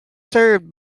served